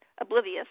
oblivious